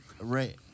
Right